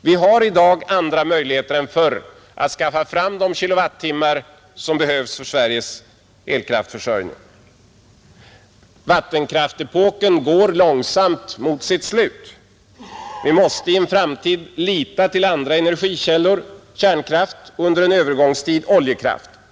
Vi har i dag andra möjligheter än förr att skaffa fram de kilowattimmar som behövs för Sveriges elkraftförsörjning. Vattenkraftepoken går långsamt mot sitt slut. Vi måste i en framtid lita till andra energikällor, kärnkraft och under en övergångstid oljekraft.